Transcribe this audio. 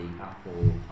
apple